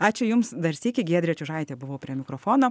ačiū jums dar sykį giedrė čiužaitė buvau prie mikrofono